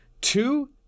Two